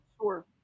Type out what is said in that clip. Sure